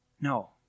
No